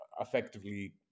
effectively